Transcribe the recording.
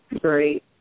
Great